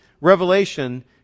revelation